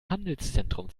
handelszentrum